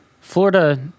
Florida